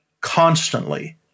constantly